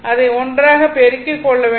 அதை ஒன்றாக பெருக்கிக் கொள்ள வேண்டும்